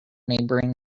neighboring